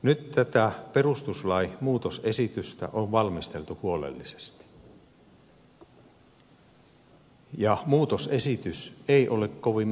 nyt tätä perustuslain muutosesitystä on valmisteltu huolellisesti ja muutosesitys ei ole kovin mittava